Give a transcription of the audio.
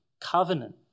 covenant